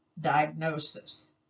diagnosis